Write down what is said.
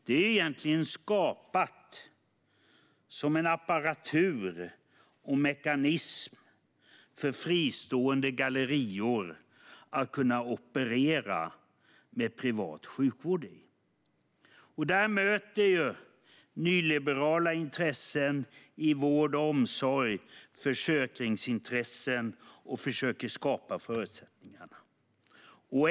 Det är egentligen skapat som en apparatur och mekanism för fristående gallerior att kunna operera med privat sjukvård. Där möter nyliberala intressen i vård och omsorg försäkringsintressen och försöker skapa förutsättningarna.